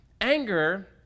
anger